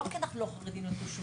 לא כי אנחנו לא חרדים לתושבים.